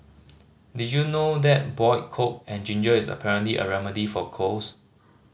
did you know that boiled coke and ginger is apparently a remedy for colds